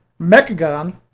Mechagon